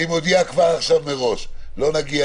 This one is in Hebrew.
אני מודיע כבר עכשיו מראש: לא נגיע